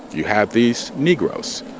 you have these negroes.